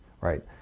right